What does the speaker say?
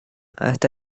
hasta